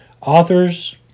authors